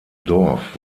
dorf